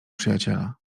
przyjaciela